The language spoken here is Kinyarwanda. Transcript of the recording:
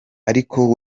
ariko